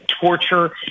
torture